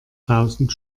tausend